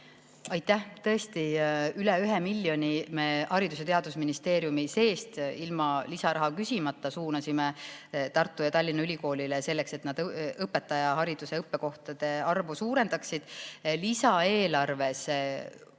Aitäh! Tõesti, üle 1 miljoni me Haridus‑ ja Teadusministeeriumi [eelarve] seest ilma lisaraha küsimata suunasime Tartu Ülikoolile ja Tallinna Ülikoolile, selleks et nad õpetajahariduses õppekohtade arvu suurendaksid. Lisaeelarves hoitakse